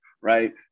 Right